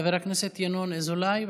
חבר הכנסת ינון אזולאי,